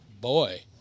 Boy